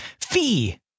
fee